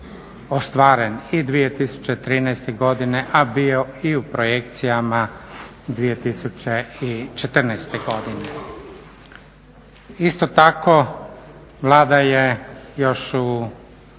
ostvaren i 2013. godine a bio i u projekcijama 2014. godine. Isto tako Vlada je još u